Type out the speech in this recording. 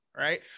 right